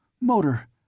Motor